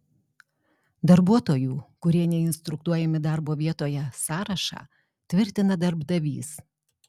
darbuotojų kurie neinstruktuojami darbo vietoje sąrašą tvirtina darbdavys